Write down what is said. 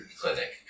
clinic